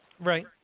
Right